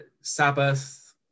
Sabbath